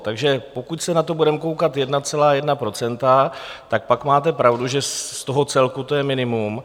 Takže pokud se na to budeme koukat 1,1 %, tak pak máte pravdu, že z toho celku to je minimum.